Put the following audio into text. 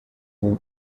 den